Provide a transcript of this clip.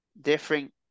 different